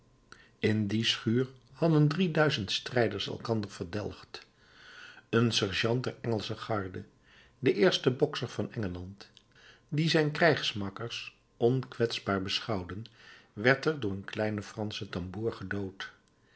in die schuur hadden drie duizend strijders elkander verdelgd een sergeant der engelsche garde de eerste bokser van engeland dien zijn krijgsmakkers onkwetsbaar beschouwden werd er door een kleinen franschen tamboer gedood